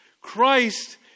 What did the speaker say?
Christ